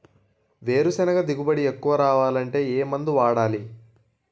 వేరుసెనగ దిగుబడి ఎక్కువ రావాలి అంటే ఏ మందు వాడాలి?